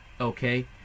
Okay